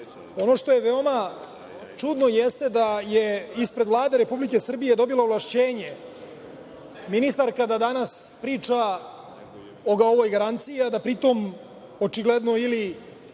što je veoma čudno, jeste da je ispred Vlada Republike Srbije dobila ovlašćenje ministarka da danas priča o ovoj garanciji, a da pri tom, očigledno ili